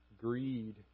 greed